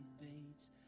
fades